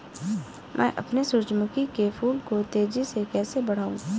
मैं अपने सूरजमुखी के फूल को तेजी से कैसे बढाऊं?